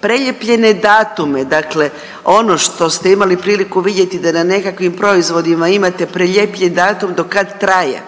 prelijepljene datume, dakle ono što ste imali priliku vidjeti da na nekakvim proizvodima imate prelijepljen datum do kad traje.